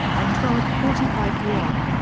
at twelve forty five p m,